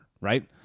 right